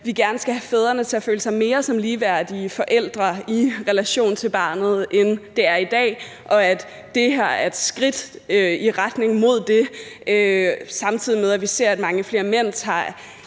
skal have fædrene til at føle sig mere som ligeværdige forældre i relation til barnet, end det er tilfældet i dag, og at det her er et skridt i retning mod det, samtidig med at vi ser, at mange flere mænd tager